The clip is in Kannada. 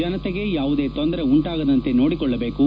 ಜನತೆಗೆ ಯಾವುದೇ ತೊಂದರೆ ಉಂಟಾಗದಂತೆ ನೋಡಿಕೊಳ್ಳಬೇಕು